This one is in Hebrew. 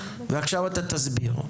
ועכשיו אתה תסביר.